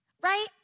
right